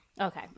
Okay